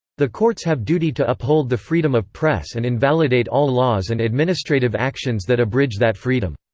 the courts have duty to uphold the freedom of press and invalidate all laws and administrative actions that abridge that freedom.